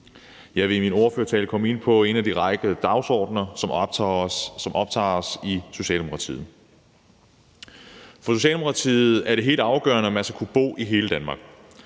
Jeg vil i min ordførertale komme ind på en række af de dagsordener, som optager os i Socialdemokratiet. For Socialdemokratiet er det helt afgørende, at man skal kunne bo i hele Danmark,